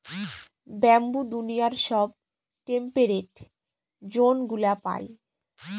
bamboo দুনিয়ার সব temperate জোনগুলা পায়